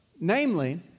Namely